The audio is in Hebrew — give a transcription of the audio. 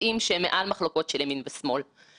כשלו כולם בהתמודדות עם התופעה, כל אחד בחלקתו.